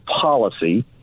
policy